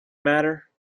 matter